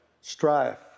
strife